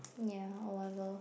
ya or whatever